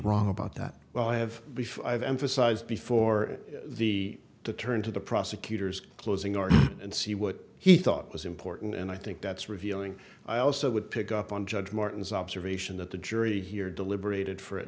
wrong about that well i have beef i've emphasized before the to turn to the prosecutor's closing or and see what he thought was important and i think that's revealing i also would pick up on judge martin's observation that the jury here deliberated for a